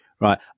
right